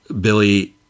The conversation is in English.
Billy